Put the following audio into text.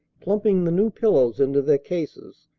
plumping the new pillows into their cases,